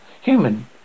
Human